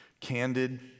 candid